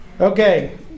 okay